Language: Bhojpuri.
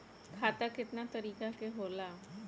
खाता केतना तरीका के होला?